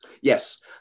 Yes